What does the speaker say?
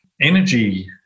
energy